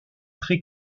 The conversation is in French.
très